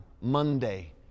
Monday